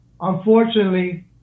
unfortunately